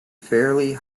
fairly